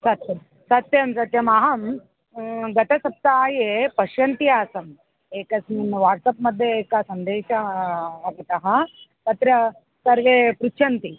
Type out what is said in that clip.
सत्यं सत्यं सत्यम् अहं गतसप्ताहे पश्यन्ती आसम् एकस्मिन् वाट्सप् मध्ये एकः सन्देशः स्थापितः तत्र सर्वे पृच्छन्ति